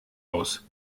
aus